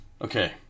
Okay